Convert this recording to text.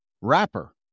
rapper